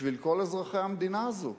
בשביל כל אזרחי המדינה הזו,